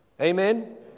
Amen